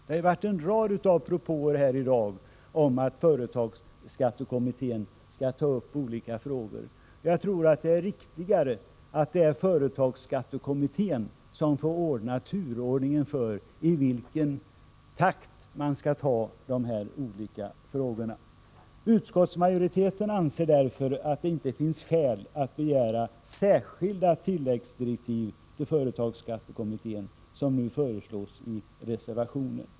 Det har gjorts en rad propåer i dag om att företagsskattekommittén skall ta upp olika frågor. Men jag tror att det är riktigare att kommittén får avgöra turordningen för de olika frågorna. Utskottsmajoriteten anser därför att det inte finns skäl att begära särskilda tilläggsdirektiv för företagsskattekommittén, så som nu föreslås i reservationen.